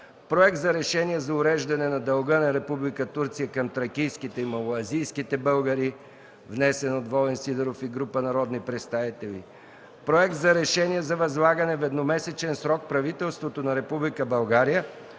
Проект за решение за уреждане на дълга на Република Турция към тракийските и малоазийските българи, внесен от Волен Сидеров и група народни представители; - Проект за решение за възлагане в едномесечен срок на правителството на Република